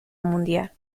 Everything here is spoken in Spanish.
mundial